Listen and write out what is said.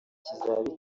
kizaba